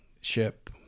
ship